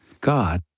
God